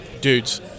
dudes